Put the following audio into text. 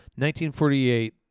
1948